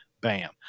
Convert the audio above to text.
bam